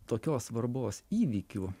tokios svarbos įvykių